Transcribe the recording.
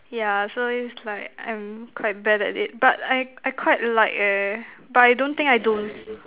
yeah so is like I'm quite bad at it but I I quite like eh but I don't think don't